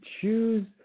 choose